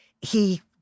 He-